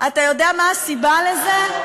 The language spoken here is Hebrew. אתה יודע מה הסיבה לזה?